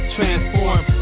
Transform